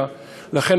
לכן,